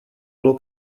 bylo